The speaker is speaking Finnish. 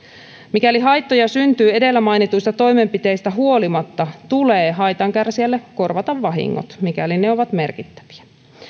mikäli haittoja syntyy edellä mainituista toimenpiteistä huolimatta tulee haitan kärsijälle korvata vahingot mikäli ne ovat merkittäviä